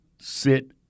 sit